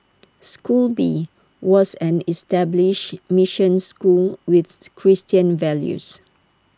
school B was an established mission school with Christian values